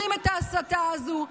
אנחנו מכירים את ההסתה הזו.